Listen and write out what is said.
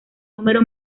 número